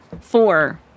four